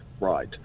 right